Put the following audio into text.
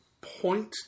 point